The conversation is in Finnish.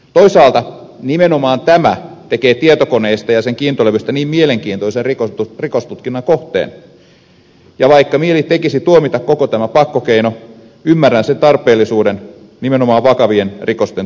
toisaalta nimenomaan tämä tekee tietokoneesta ja sen kiintolevystä niin mielenkiintoisen rikostutkinnan kohteen ja vaikka mieli tekisi tuomita koko tämä pakkokeino ymmärrän sen tarpeellisuuden nimenomaan vakavien rikosten tutkinnassa